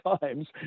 Times